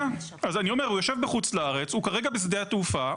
שככלל עמדתם היא להימנע ככל האפשר מלדחוף אנשים בכוח למטוס,